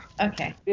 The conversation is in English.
Okay